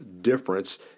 Difference